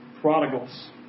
prodigals